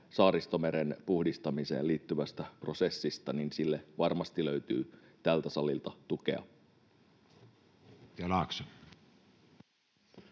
Saaristomeren puhdistamiseen liittyvästä prosessista, niin sille varmasti löytyy tältä salilta tukea.